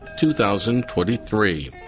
2023